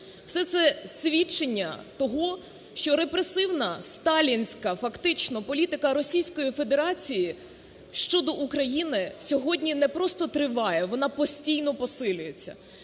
Все це свідчення того, що репресивна сталінська фактично політика Російської Федерації щодо України сьогодні не просто триває, вона постійно посилюється.